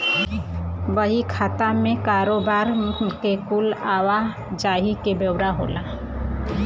बही खाता मे कारोबार के कुल आवा जाही के ब्योरा होला